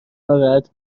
ناراحت